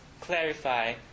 clarify